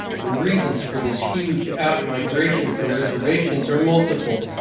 the reasons for this huge out-migration from reservations are multiple,